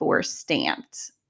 stamped